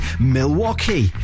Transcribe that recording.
Milwaukee